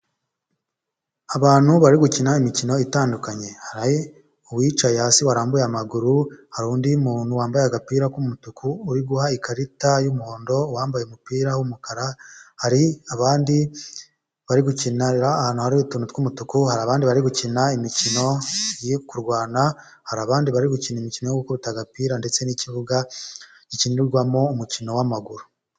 Abantu bari gukina imikino itandukanye hari uwicaye hasi warambuye amaguru hari undi muntu wambaye agapira k'umutuku uri guha ikarita y'umuhondo wambaye umupira w'umukara hari abandi bari gukina, ahantu hari utuntu tw'umutuku hari abandi bari gukina imikino kurwana hari abandi bari gukina imikino yo gukubita agapira ndetse n'ikibuga gikinirwamo umukino w'amaguru.